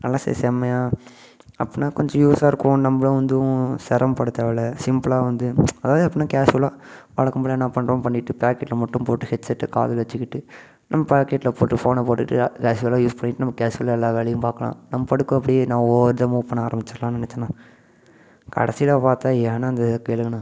பழசே செம்மையாக அப்படினா கொஞ்சம் யூஸ்ஸாக இருக்கும் நம்மளும் வந்து சிரமம் பட தேவையில்ல சிம்பிளாக வந்து அதாவது எப்படின்னா கேஸ்வலாக வழக்கம் போல என்ன பண்ணுறோம் பண்ணிட்டு பாக்கெட்டில் மட்டும் போட்டு ஹெட்செட்டு காதில் வெச்சுக்கிட்டு நம்ம பாக்கெட்டில் போட்டு ஃபோனை போட்டுட்டு கேஸ்வலாக யூஸ் பண்ணிட்டு நம்ம கேஸ்வலாக எல்லா வேலையும் பார்க்கலாம் நம்ம பாட்டுக்கு அப்படியே நான் ஒவ்வொரு விதமாக மூவ் பண்ண ஆரம்பிச்சிடலாம் நினைச்சேண்ணா கடைசியில் பார்த்தா ஏனால் அந்த கேளுங்கண்ணா